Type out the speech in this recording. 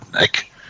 Nick